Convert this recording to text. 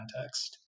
context